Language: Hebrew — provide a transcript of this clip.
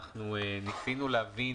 ניסינו להבין